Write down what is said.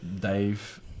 Dave